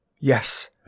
Yes